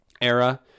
era